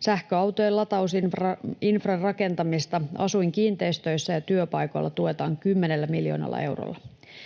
Sähköautojen latausinfran rakentamista asuinkiinteistöissä ja työpaikoilla tuetaan 10 miljoonalla eurolla.